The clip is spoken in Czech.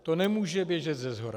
To nemůže běžet seshora.